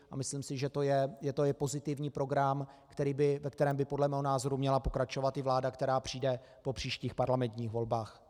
A myslím si, že to je i pozitivní program, ve kterém by podle mého názoru měla pokračovat i vláda, která přijde po příštích parlamentních volbách.